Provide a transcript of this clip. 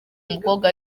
mukobwa